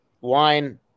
wine